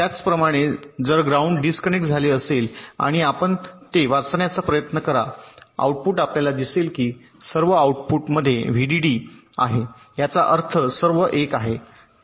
त्याचप्रमाणे जर ground disconnect झाले असेल आणि आपण ते वाचण्याचा प्रयत्न करा आउटपुट आपल्याला दिसेल की सर्व आऊटपुटमध्ये व्ही डीडी आहे ज्याचा अर्थ सर्व 1 आहे